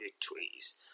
trees